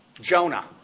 Jonah